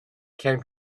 came